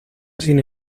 sin